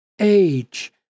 age